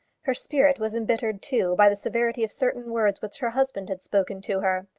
her spirit was embittered too by the severity of certain words which her husband had spoken to her.